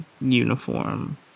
uniform